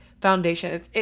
foundation